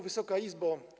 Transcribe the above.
Wysoka Izbo!